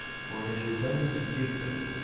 for it is better to give them.